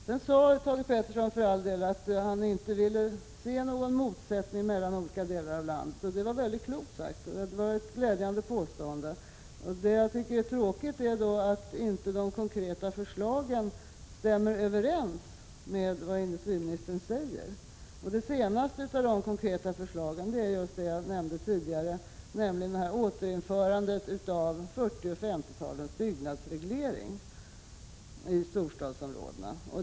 Sedan sade Thage Peterson för all del att han inte ville se någon motsättning mellan olika delar av landet. Det var väldigt klokt sagt och ett glädjande påstående. Det jag tycker är tråkigt är då att inte de konkreta förslagen stämmer överens med vad industriministern säger. Det senaste av de konkreta förslagen är just det jag nämnde tidigare, nämligen återinförandet av 40 och 50-talens byggnadsreglering i storstadsområdena.